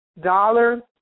dollar